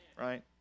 right